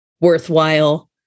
worthwhile